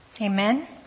Amen